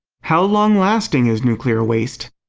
how long-lasting is nuclear waste?